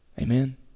Amen